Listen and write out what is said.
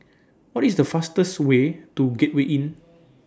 What IS The fastest Way to Gateway Inn